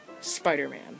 spider-man